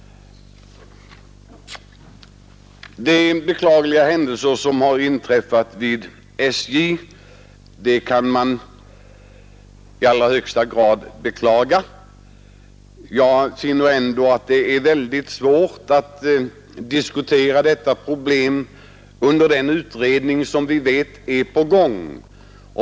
De händelser som inträffat vid SJ kan vi i allra högsta grad beklaga. Jag finner det ändå mycket svårt att diskutera detta problem medan en utredning är på gång.